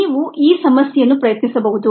ನೀವು ಈ ಸಮಸ್ಯೆಯನ್ನು ಪ್ರಯತ್ನಿಸಬಹುದು